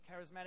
charismatic